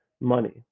money